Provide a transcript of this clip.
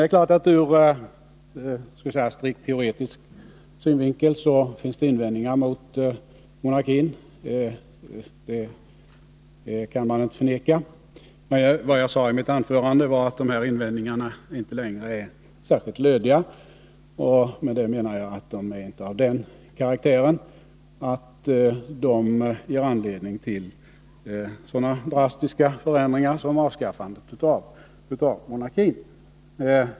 Det är klart att det ur strikt teoretisk synvinkel finns invändningar mot monarkin — det kan man inte förneka. Men vad jag sade i mitt anförande var att dessa invändningar inte längre är särskilt lödiga. Med det menar jag att de inte är av den karaktären att de ger anledning till sådana drastiska förändringar som avskaffandet av monarkin.